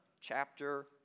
chapter